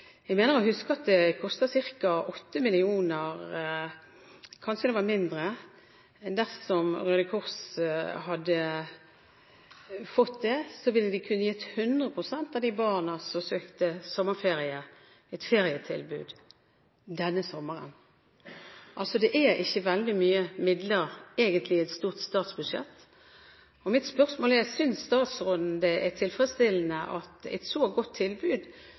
Jeg mener å huske at det koster ca. 8 mill. kr – kanskje mindre. Dersom Røde Kors hadde fått det, ville de kunne gitt 100 pst. av de barna som søkte om et ferietilbud, sommerferie denne sommeren. Dette utgjør egentlig ikke veldig mange midler i et stort statsbudsjett. Mitt spørsmål er: Synes statsråden det er tilfredsstillende at et så godt tilbud